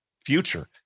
future